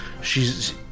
shes